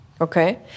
Okay